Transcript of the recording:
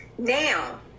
Now